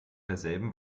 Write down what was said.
derselben